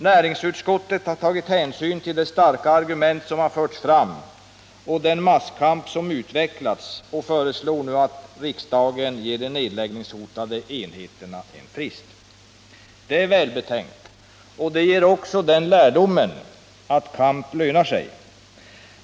Näringsutskottet har tagit hänsyn till de starka argument som förts fram och den masskamp som utvecklats och föreslår nu att riksdagen ger de nedläggningshotade enheterna en frist. Det är välbetänkt, och det ger också den lärdomen att kamp lönar sig.